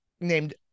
named